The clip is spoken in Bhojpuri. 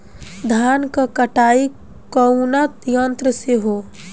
धान क कटाई कउना यंत्र से हो?